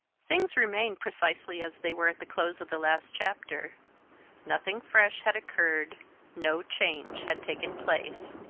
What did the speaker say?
things remained precisely as they were at the close of the last chapter nothing fresh had occurred no change had taken place.